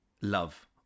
love